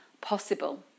possible